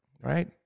right